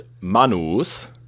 manus